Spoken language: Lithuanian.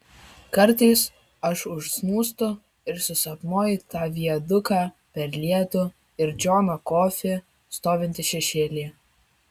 kartais aš užsnūstu ir susapnuoju tą viaduką per lietų ir džoną kofį stovintį šešėlyje